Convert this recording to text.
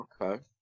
Okay